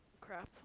crap